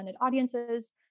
audiences